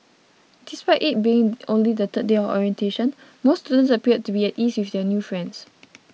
despite it being only the third day of orientation most students appeared to be at ease with their new friends